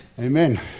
amen